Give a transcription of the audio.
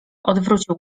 odwrócił